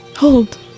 Hold